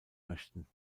möchten